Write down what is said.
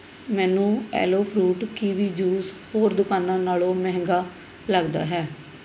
ਮੈਨੂੰ aloe fruit kiwi juice ਹੋਰ ਦੁਕਾਨਾਂ ਨਾਲੋਂ ਮਹਿੰਗਾ ਲੱਗਦਾ ਹੈ